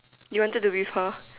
you wanted to be with her